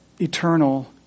eternal